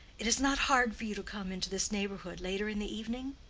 it is not hard for you to come into this neighborhood later in the evening?